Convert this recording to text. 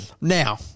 Now